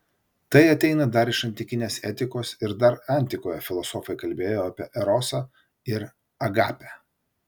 tai ateina dar iš antikinės etikos ir dar antikoje filosofai kalbėjo apie erosą ir agapę